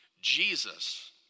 Jesus